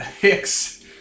Hicks